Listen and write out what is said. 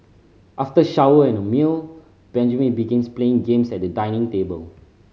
after shower and meal Benjamin begins playing games at the dining table